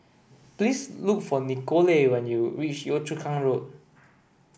please look for Nikole when you reach Yio Chu Kang Road